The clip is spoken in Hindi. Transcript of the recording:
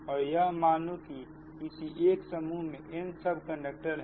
और यह मानो कि किसी एक समूह में n सब कंडक्टर है